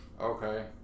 Okay